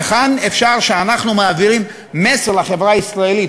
וכאן אפשר שאנחנו מעבירים מסר לחברה הישראלית,